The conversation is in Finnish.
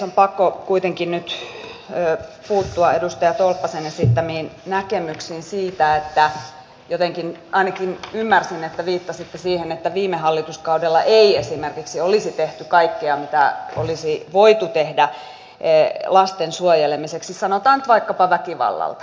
on pakko kuitenkin nyt puuttua edustaja tolppasen esittämiin näkemyksiin siitä että jotenkin ainakin ymmärsin että viittasitte siihen viime hallituskaudella ei esimerkiksi olisi tehty kaikkea mitä olisi voitu tehdä lasten suojelemiseksi sanotaan nyt vaikkapa väkivallalta